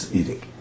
eating